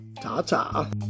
ta-ta